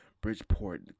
Bridgeport